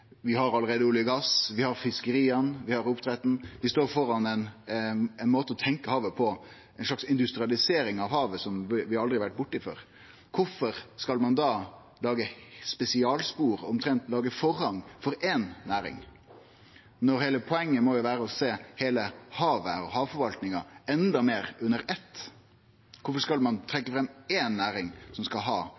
vi har allereie olje og gass, fiskeria og oppdrettet. Vi står framfor ein måte å tenkje på havet på, ei slags industrialisering av havet, som vi aldri har vore borti før. Kvifor skal ein da lage spesialspor – ja, omtrent lage forrang – for éi næring? Heile poenget må jo vere å sjå heile havet og havforvaltninga enda meir under eitt, så kvifor skal ein trekkje fram éi næring som antakeleg skal